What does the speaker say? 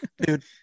Dude